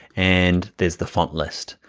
and there's the font list.